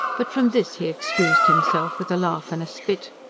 but from this he excused himself, with a laugh and a spit,